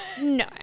No